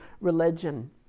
religion